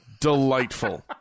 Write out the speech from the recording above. Delightful